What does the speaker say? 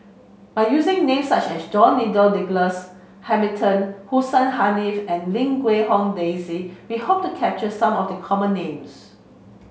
by using names such as George Nigel Douglas Hamilton Hussein Haniff and Lim Quee Hong Daisy we hope to capture some of the common names